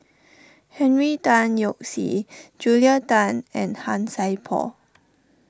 Henry Tan Yoke See Julia Tan and Han Sai Por